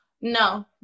no